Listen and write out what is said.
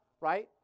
right